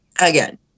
again